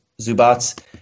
Zubats